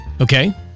Okay